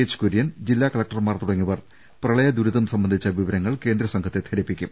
H Kurian ജില്ലാ കലക്ടർമാർ തുടങ്ങിയവർ പ്രളയദുരിതം സംബന്ധിച്ച വിവരങ്ങൾ കേന്ദ്രസംഘത്തെ ധരിപ്പിക്കും